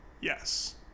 Yes